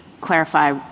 clarify